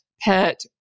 pet